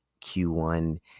q1